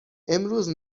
امروز